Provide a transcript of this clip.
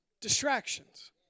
Distractions